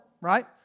right